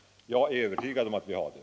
Jag är övertygad om att vi har det.